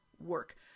work